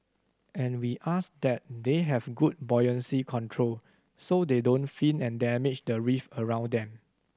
and we ask that they have good buoyancy control so they don't fin and damage the reef around them